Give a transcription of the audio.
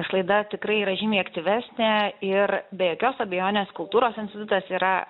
slaida tikrai yra žymiai aktyvesnė ir be jokios abejonės kultūros institutas yra